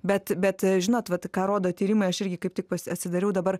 bet bet žinot vat ką rodo tyrimai aš irgi kaip tik pa atsidariau dabar